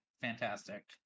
fantastic